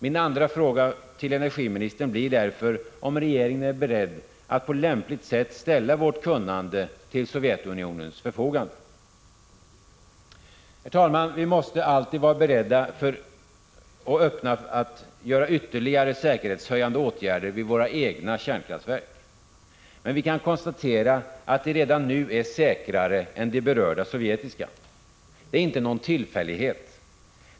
Min andra fråga till energiministern blir därför om regeringen är beredd att på lämpligt sätt ställa vårt kunnande till Sovjetunionens förfogande. Herr talman! Vi måste alltid vara beredda och öppna för att vidta ytterligare säkerhetshöjande åtgärder vid våra kärnkraftverk. Men vi kan konstatera att de redan nu är säkrare än de berörda sovjetiska. Det är inte någon tillfällighet.